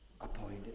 appointed